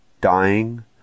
dying